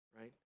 right